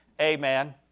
Amen